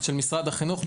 של משרד החינוך,